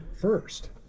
first